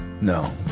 No